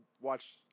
watch